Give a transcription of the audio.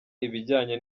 ibijyanye